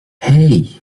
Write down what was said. hey